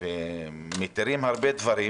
כי מתירים בו הרבה דברים.